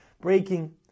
breaking